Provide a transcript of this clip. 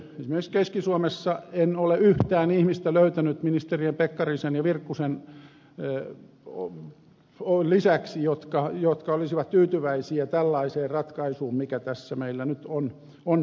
esimerkiksi keski suomessa en ole yhtään ihmistä löytänyt ministerien pekkarisen ja virkkusen lisäksi jotka olisivat tyytyväisiä tällaiseen ratkaisuun mikä tässä meillä nyt on päällä